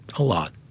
a lot.